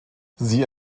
sie